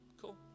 cool